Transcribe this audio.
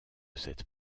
cette